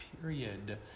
period